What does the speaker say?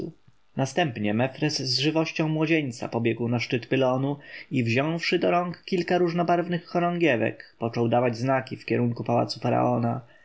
następnie mefres z żywością młodzieńca pobiegł na szczyt pylonu i wziąwszy do rąk kilka różnobarwnych chorągiewek począł dawać znaki w kierunku pałacu